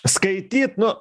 skaityt nu